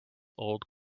old